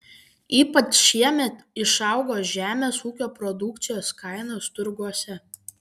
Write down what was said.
ypač šiemet išaugo žemės ūkio produkcijos kainos turguose